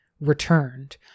returned